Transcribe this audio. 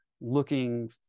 looking